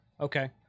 Okay